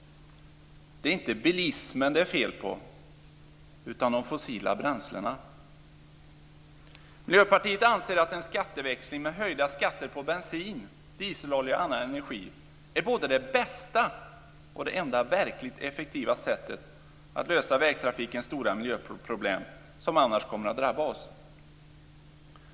Det är inte bilismen det är fel på utan de fossila bränslena. Miljöpartiet anser att en skatteväxling med höjda skatter på bensin, dieselolja och annan energi är både det bästa och det enda verkligt effektiva sättet att lösa vägtrafikens stora miljöproblem, som annars kommer att drabba oss.